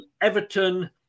Everton